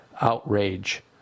outrage